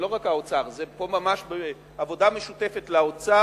זה לא רק האוצר, פה זה ממש עבודה משותפת לאוצר,